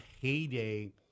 heyday